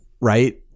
Right